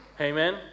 Amen